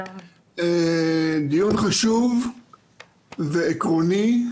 דיון חשוב ועקרוני,